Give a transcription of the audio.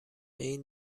این